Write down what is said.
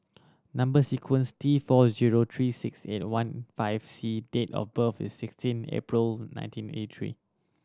number sequence T four zero three six eight one five C date of birth is sixteen April nineteen eighty three